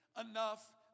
enough